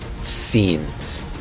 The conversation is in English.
scenes